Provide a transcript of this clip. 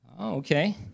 Okay